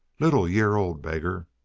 little year-old beggar!